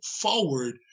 forward